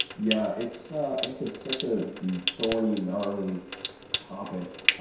yeah it's ah it's ah such a thorny, gnarly topic.